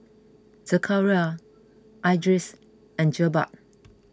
Zakaria Idris and Jebat